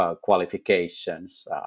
qualifications